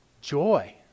joy